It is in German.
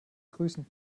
grüßen